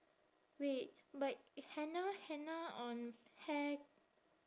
wait but henna henna on hair